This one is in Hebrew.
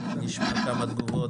ונשמע כמה תגובות.